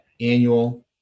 annual